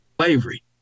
slavery